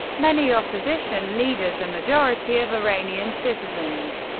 many opposition leaders, a majority of iranian citizens,